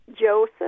Joseph